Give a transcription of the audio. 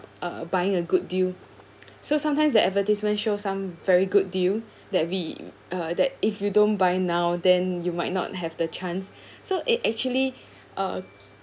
uh buying a good deal so sometimes the advertisement show some very good deal that we uh that if you don't buy now then you might not have the chance so it actually uh